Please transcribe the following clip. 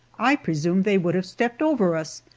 i presume they would have stepped over us,